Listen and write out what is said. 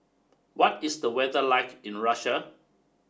what is the weather like in Russia